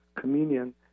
communion